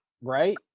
Right